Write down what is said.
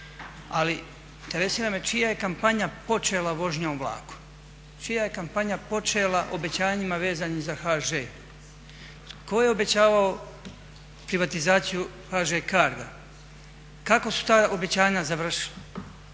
Ali interesira me čija je kampanja počela vožnjom vlakom? Čija je kampanja počela obećanjima vezanim za HŽ? Tko je obećavao privatizaciju HŽ Cargo-a? Kako su ta obećanja završila?